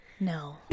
No